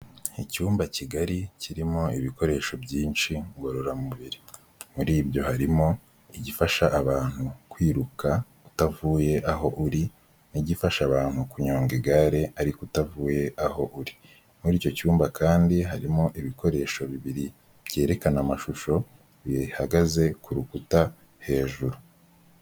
Icyumba kigari kirimo ibikoresho byinshi ngororamubiri, muri ibyo harimo igifasha abantu kwiruka utavuye aho uri n'igifasha abantu kunyonga igare ariko utavuye aho uri, muri icyo cyumba kandi harimo ibikoresho bibiri byerekana amashusho bihagaze ku rukuta hejuru.